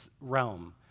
realm